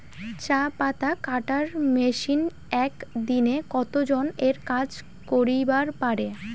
চা পাতা কাটার মেশিন এক দিনে কতজন এর কাজ করিবার পারে?